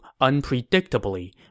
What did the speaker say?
unpredictably